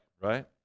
right